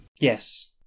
Yes